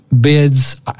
bids